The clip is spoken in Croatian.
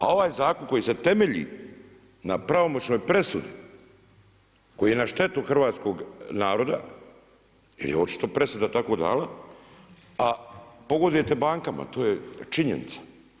A ovaj zakon koji se temelji na pravomoćnoj presudi koji je na štetu hrvatskog naroda jer je očito presuda tako dala, a pogodujete bankama to je činjenica.